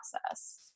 process